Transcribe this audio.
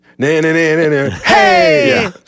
Hey